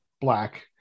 Black